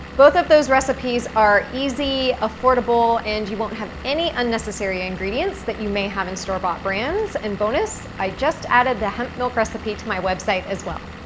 both of those recipes are easy, affordable, and you won't have any unnecessary ingredients that you may have in store-bought brands. and bonus, i just added the hemp milk recipe to my website as well.